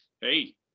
Hey